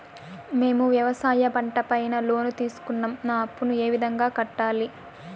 మేము వ్యవసాయ పంట పైన లోను తీసుకున్నాం నా అప్పును ఏ విధంగా కట్టాలి